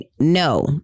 no